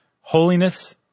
holiness